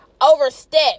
overstep